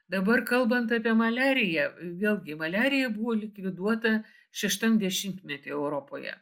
dabar kalbant apie maliariją vėlgi maliarija buvo likviduota šeštam dešimtmety europoje